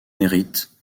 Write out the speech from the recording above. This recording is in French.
hérite